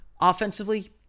Offensively